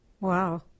wow